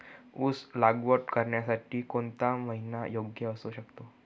ऊस लागवड करण्यासाठी कोणता महिना योग्य असू शकतो?